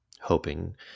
hoping